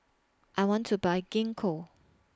I want to Buy Gingko